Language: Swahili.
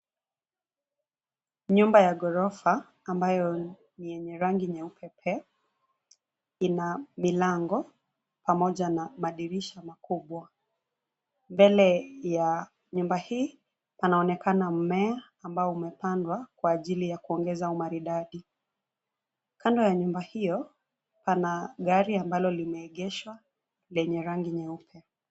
Nyumba ya gorofa ambayo ni ya rangi nyeupe pe. Ina milango pamoja na madirisha makubwa. Mbele ya nyumba hii panaonekana mmea ambao umepandwa kwa ajili ya kuongeza umaridadi. Kando ya nyumba hiyo, pana gari ambalo limeegeshwa lenye rangi nyeupe.